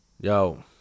yo